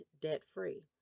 debt-free